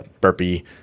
Burpee